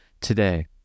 today